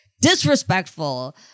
disrespectful